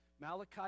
Malachi